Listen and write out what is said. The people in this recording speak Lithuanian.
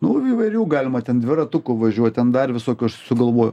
nu įvairių galima ten dviratuku važiuot ten dar visokių aš sugalvoju